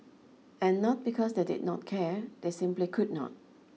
and not because they did not care they simply could not